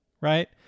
Right